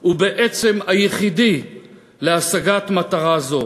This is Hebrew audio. ובעצם היחידי להשגת מטרה זו.